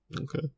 Okay